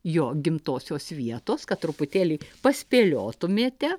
jo gimtosios vietos kad truputėlį paspėliotumėte